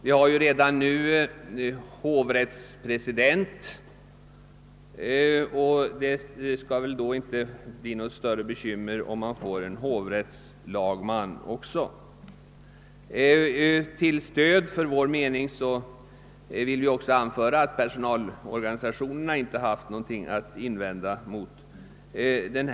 Titeln '»hovrättspresident» finns redan, och det skall då inte behöva bli något större bekymmer om även benämningen »hovrättslagman» införs. Till stöd för vår mening vill vi också anföra att personalorganisationerna inte haft något att invända mot benämningen.